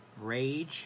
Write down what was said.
rage